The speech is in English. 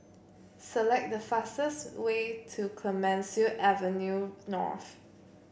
select the fastest way to Clemenceau Avenue North